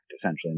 essentially